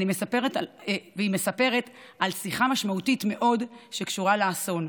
והיא מספרת על שיחה משמעותית מאוד שקשורה לאסון.